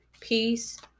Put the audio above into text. Peace